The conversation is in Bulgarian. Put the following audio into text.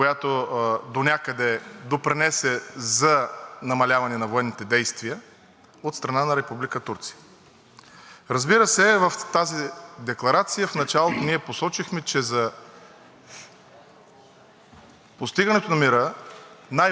Разбира се, в тази декларация в началото ние посочихме, че за постигането на мира най-важни са запазването на териториалната цялост, както и животът на хората, населяващи съответната територия.